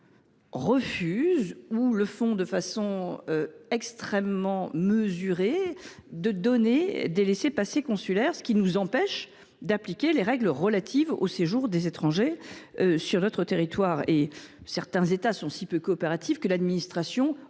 ou acceptent de façon extrêmement mesurée, de délivrer des laissez passer consulaires, ce qui nous empêche d’appliquer les règles relatives au séjour des étrangers sur notre territoire. Certains États sont si peu coopératifs que l’administration renonce